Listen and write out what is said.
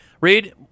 Reed